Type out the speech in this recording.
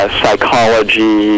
psychology